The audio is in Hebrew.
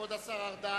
כבוד השר ארדן,